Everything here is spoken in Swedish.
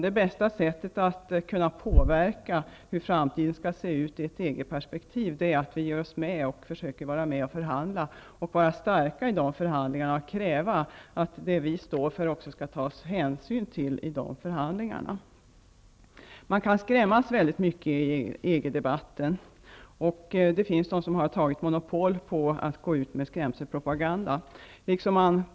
Det bästa sättet att påverka hur framtiden skall se ut i ett EG-perspektiv är att vi går med och försöker vara med och förhandla. Vi måste vara starka i de förhandlingarna och kräva att det också skall tas hänsyn till det vi står för. Man kan skrämmas väldigt mycket i EG-debatten. Det finns de som har tagit monopol på att gå ut med skrämselpropaganda.